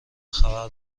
خبر